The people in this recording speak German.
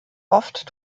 oft